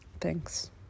Thanks